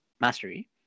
mastery